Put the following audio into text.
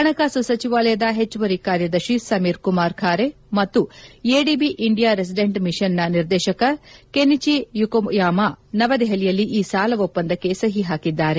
ಹಣಕಾಸು ಸಚಿವಾಲಯದ ಹೆಚ್ಚುವರಿ ಕಾರ್ಯದರ್ಶಿ ಸಮೀರ್ ಕುಮಾರ್ ಖಾರೆ ಮತ್ತು ಎಡಿಬಿ ಇಂಡಿಯಾ ರೆಸಿಡೆಂಟ್ ಮಿಷನ್ ನ ನಿರ್ದೇಶಕ ಕೆನಿಚಿ ಯೊಕೊಯಾಮಾ ನವದೆಹಲಿಯಲ್ಲಿ ಈ ಸಾಲ ಒಪ್ಪಂದಕ್ಕೆ ಸಹಿ ಹಾಕಿದ್ದಾರೆ